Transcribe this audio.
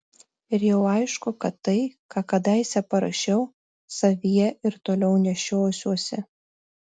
ir jau aišku kad tai ką kadaise parašiau savyje ir toliau nešiosiuosi